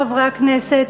חברי חברי הכנסת?